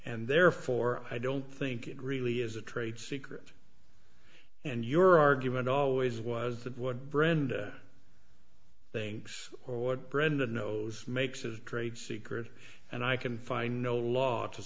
and therefore i don't think it really is a trade secret and your argument always was that what brenda thinks or what brenda knows makes a trade secret and i can find no law to